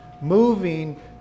moving